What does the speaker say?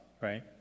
right